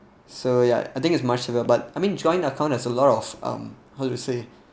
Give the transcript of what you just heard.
so ya I think is much but I mean joint account has a lot of um how to say